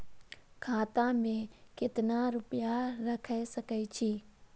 खाता में केतना रूपया रैख सके छी?